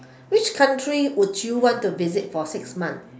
which country would you want to visit for six months